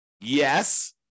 Yes